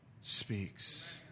speaks